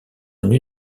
une